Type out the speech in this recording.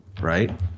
right